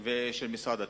ושל משרד התקשורת.